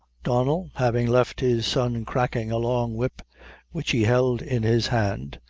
donnel, having left his son cracking a long whip which he held in his hand,